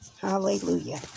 hallelujah